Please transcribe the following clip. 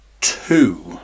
two